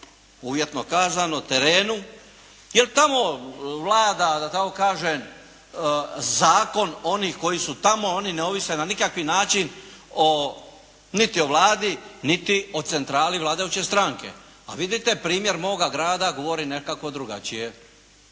uvjetno kazano terenu, jer tamo vlada, da tako kažem zakon onih koji su tamo, oni ne ovise na nikakvi način o niti o Vladi, niti o centrali vladajuće stranke, a vidite primjer moga grada, govorim nekako drugačije.